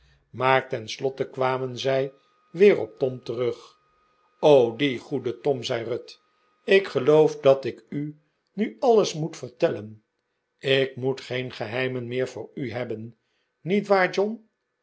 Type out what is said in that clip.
maar tenslotte kwamen zij weer op tom terug die goede tom zei ruth ik geloof dat ik u nu alles moet vertellen ik moet geen geheimen meer voor u hebben niet waar john